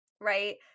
right